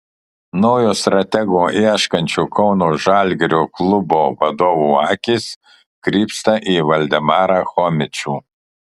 naujo stratego ieškančio kauno žalgirio klubo vadovų akys krypsta į valdemarą chomičių